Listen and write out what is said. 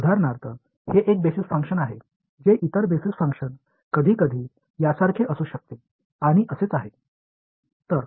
உதாரணமாக இது ஒரு அடிப்படை செயல்பாடு மற்ற அடிப்படை செயல்பாடு சில நேரங்களில் இது போன்றதாக இருக்கலாம்